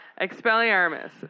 Expelliarmus